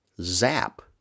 Zap